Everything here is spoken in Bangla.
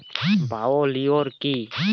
বায়ো লিওর কি?